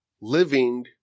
living